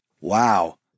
Wow